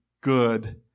good